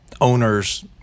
owners